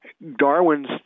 Darwin's